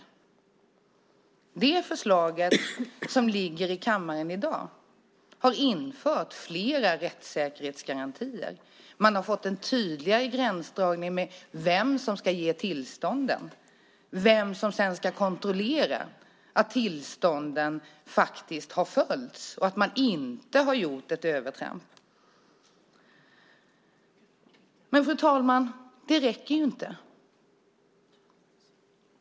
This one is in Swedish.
I det förslag som ligger i kammaren i dag har det införts flera rättssäkerhetsgarantier. Det har blivit en tydligare gränsdragning i fråga om vem som ska ge tillstånden, vem som sedan ska kontrollera att tillstånden faktiskt har följts och att man inte har gjort ett övertramp. Men, fru talman, det räcker inte.